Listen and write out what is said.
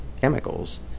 chemicals